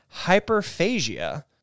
hyperphagia